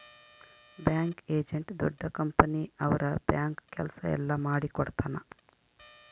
bank agent ದೊಡ್ಡ company ಅವ್ರ bank ಕೆಲ್ಸ ಎಲ್ಲ ಮಾಡಿಕೊಡ್ತನ